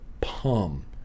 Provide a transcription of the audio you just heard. palm